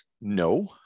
no